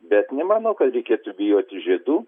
bet nemanau kad reikėtų bijoti žiedų